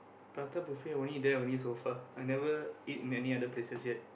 prata buffet only there only so far I never eat in any other places yet